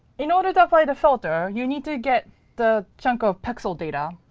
in order to apply the filter, you need to get the chunk of pixel data.